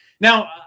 now